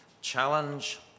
challenge